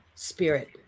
spirit